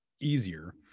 easier